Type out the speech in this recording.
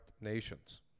nations